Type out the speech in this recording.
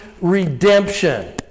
redemption